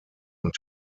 und